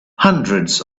hundreds